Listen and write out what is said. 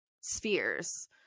spheres